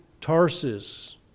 Tarsus